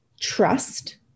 trust